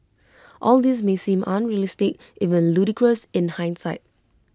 all this may seem unrealistic even ludicrous in hindsight